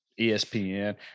ESPN